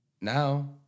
Now